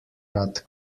rad